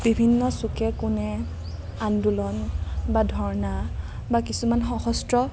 বিভিন্ন চুকে কোণে আন্দোলন বা ধৰ্ণা বা কিছুমান সশস্ত্ৰ